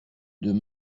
deux